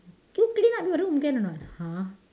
can you clean up your room can or not !huh!